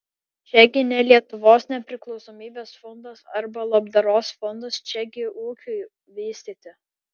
čiagi ne lietuvos nepriklausomybės fondas arba labdaros fondas čiagi ūkiui vystyti